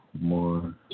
more